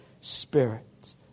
spirit